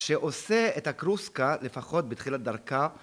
שעושה את הקרוסקה, לפחות בתחילת דרכה